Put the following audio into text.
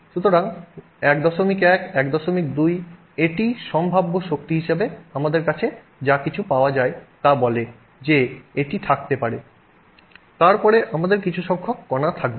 সুতরাং 11 12 এটি সম্ভাব্য শক্তি হিসাবে আমাদের কাছে যা কিছু পাওয়া যায় তা বলে যে এটি থাকতে পারে তারপরে আমাদের কিছু সংখ্যক কণা থাকবে